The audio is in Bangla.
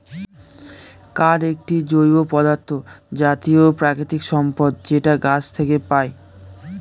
কাঠ একটি জৈব পদার্থ জাতীয় প্রাকৃতিক সম্পদ যেটা গাছ থেকে পায়